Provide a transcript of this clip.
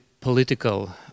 political